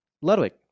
Ludwig